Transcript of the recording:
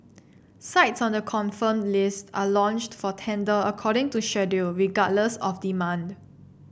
sites on the confirmed list are launched for tender according to schedule regardless of demand